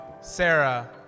Sarah